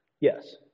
Yes